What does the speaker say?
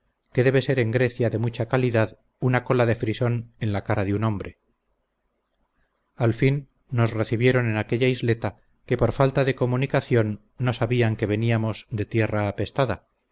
que debe ser en grecia de mucha calidad una cola de frisón en la cara de un hombre al fin nos recibieron en aquella isleta que por falta de comunicación no sabían que veníamos de tierra apestada